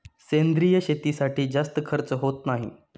सेंद्रिय शेतीसाठी जास्त खर्च होत नाही